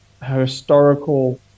historical